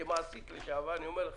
כמעסיק לשעבר אני אומר לך.